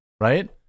right